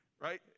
right